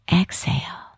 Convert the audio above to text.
Exhale